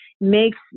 makes